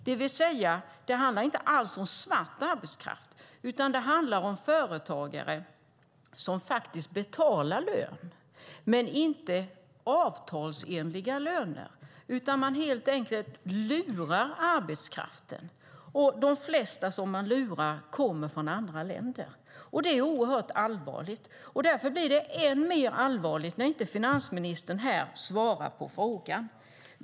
Det handlar alltså inte alls om svart arbetskraft, utan det handlar om företagare som faktiskt betalar lön men inte avtalsenliga löner utan helt enkelt lurar arbetskraften, och de flesta som de lurar kommer från andra länder. Det är oerhört allvarligt. Därför blir det än mer allvarligt när finansministern inte svarar på frågorna.